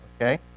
Okay